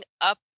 up